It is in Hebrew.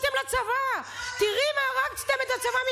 תראי מה עשיתם לצבא.